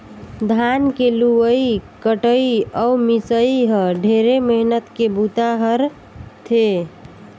धान के लुवई कटई अउ मिंसई ह ढेरे मेहनत के बूता रह थे